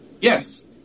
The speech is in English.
Yes